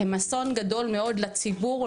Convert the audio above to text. הם אסון גדול מאוד לציבור,